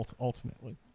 Ultimately